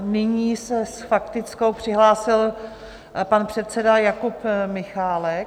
Nyní se s faktickou přihlásil pan předseda Jakub Michálek.